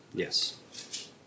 Yes